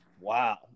Wow